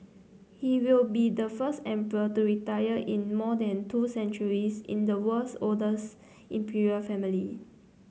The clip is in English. he will be the first emperor to retire in more than two centuries in the world's oldest imperial family